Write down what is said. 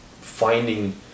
finding